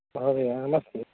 महोदय नमस्ते